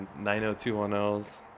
90210s